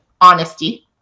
honesty